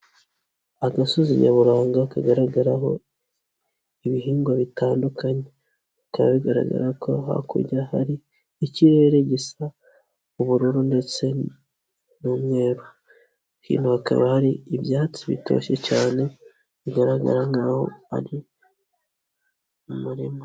Agasozi nyaburanga kagaragaraho ibihingwa bitandukanye, bikaba bigaragara ko hakurya hari ikirere gisa ubururu ndetse n'umweru, hino hakaba hari ibyatsi bitoshye cyane bigaragara nkaho ari mu murima.